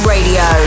Radio